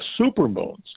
supermoons